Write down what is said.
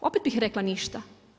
Opet bih rekla ništa.